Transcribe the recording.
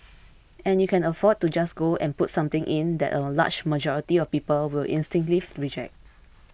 and you cannot afford to just go and put something in that a large majority of people will instinctively reject